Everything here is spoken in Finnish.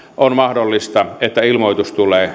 on mahdollista että ilmoitus tulee